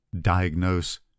diagnose